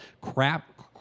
crap